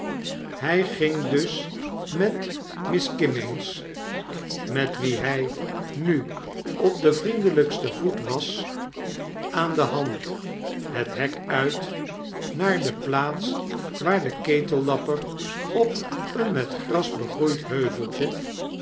hj ging dus met miss kimmeens met wie hjj nu op den vriendelpsten voet was aan de hand het hek uit naar de plaats waar de ketellapper op een met gras begroeid heuveltje